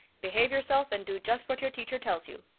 behave yourself and do just what your teacher tells you.